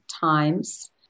times